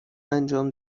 انجام